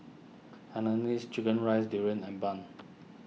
Hainanese Chicken Rice Durian and Bun